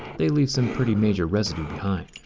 they leave some pretty major residue behind.